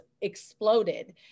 exploded